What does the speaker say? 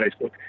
Facebook